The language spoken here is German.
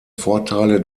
vorteile